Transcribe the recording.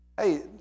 Hey